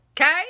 Okay